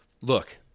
look